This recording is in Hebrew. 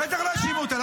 בטח שלא האשימו אותה.